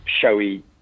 showy